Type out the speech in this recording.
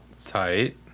Tight